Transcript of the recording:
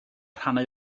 rhannau